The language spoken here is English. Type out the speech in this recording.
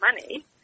money